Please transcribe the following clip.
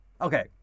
Okay